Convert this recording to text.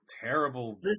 terrible